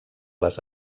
les